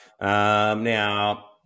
Now